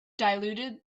diluted